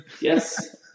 Yes